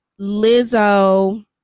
Lizzo